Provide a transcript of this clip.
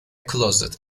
closet